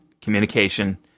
communication